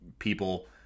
People